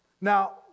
Now